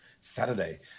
Saturday